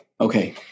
Okay